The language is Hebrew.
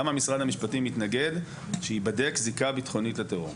למה משרד המשפטים מתנגד שייבדק זיקה ביטחונית לטרור?